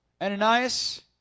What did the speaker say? ananias